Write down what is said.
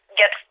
get